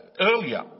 earlier